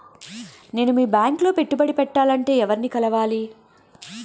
నేను మీ బ్యాంక్ లో పెట్టుబడి పెట్టాలంటే ఎవరిని కలవాలి?